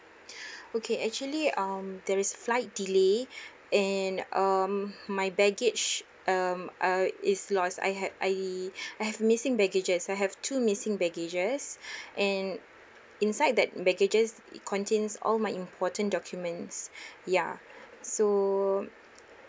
okay actually um there is flight delay and um my baggage um uh is lost I ha~ I I have missing baggages I have two missing baggages and inside that baggages it contains all my important documents ya so